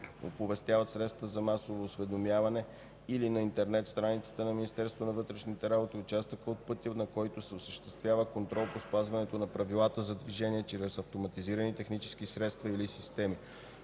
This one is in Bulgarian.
оповестяват в средствата за масово осведомяване или на интернет страницата на Министерството на вътрешните работи участъка от пътя, на който се осъществява контрол по спазването на правилата за движение чрез автоматизирани технически средства или системи.”